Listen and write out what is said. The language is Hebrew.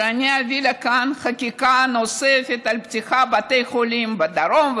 שאני אביא לכאן חקיקה נוספת על פתיחת בתי חולים בדרום,